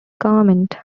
garment